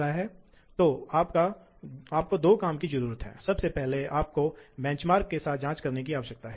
तो आपके पास बुनियादी तंत्र है आप जानते हैं कि slide screw gear guide chuck आदि से मिलकर बनता है